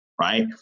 Right